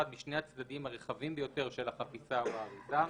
משני הצדדים הרחבים ביותר של החפיסה או האריזה,